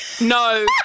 no